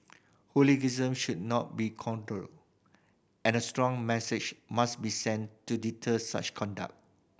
hooliganism should not be condoned and a strong message must be sent to deter such conduct